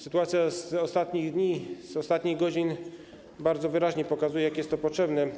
Sytuacja z ostatnich dni, z ostatnich godzin bardzo wyraźnie pokazuje, jak jest to potrzebne.